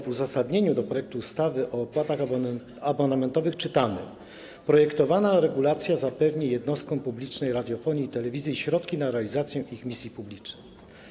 W uzasadnieniu projektu ustawy o zmianie ustawy o opłatach abonamentowych czytamy: „Projektowana regulacja zapewni jednostkom publicznej radiofonii i telewizji środki na realizację ich misji publicznej”